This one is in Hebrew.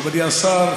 מכובדי השר,